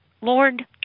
Lord